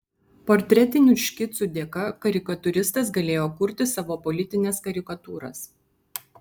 portretinių škicų dėka karikatūristas galėjo kurti savo politines karikatūras